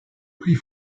prix